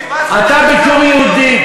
אתה בתור יהודי,